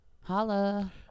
Holla